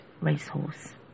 racehorse